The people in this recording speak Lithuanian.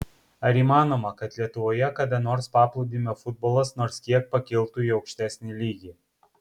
ar įmanoma kad lietuvoje kada nors paplūdimio futbolas nors kiek pakiltų į aukštesnį lygį